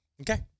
okay